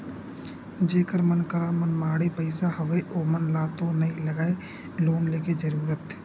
जेखर मन करा मनमाड़े पइसा हवय ओमन ल तो नइ लगय लोन लेके जरुरत